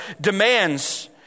demands